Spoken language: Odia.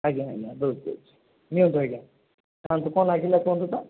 ଆଜ୍ଞା ଆଜ୍ଞା ଦେଉଛି ଦେଉଛି ନିଅନ୍ତୁ ଆଜ୍ଞା ଖାଆନ୍ତୁ କ'ଣ ଲାଗିଲା କୁହନ୍ତୁ ତ